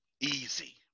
easy